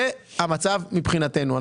זה המצב מבחינתנו.